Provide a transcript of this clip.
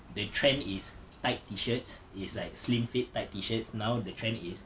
the trend is tight T-shirts is like slim fit tight T-shirts now the trend is